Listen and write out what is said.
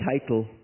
title